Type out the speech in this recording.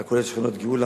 הכולל את שכונות גאולה,